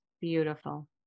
Beautiful